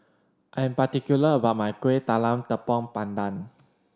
I am particular about my Kueh Talam Tepong Pandan